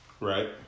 right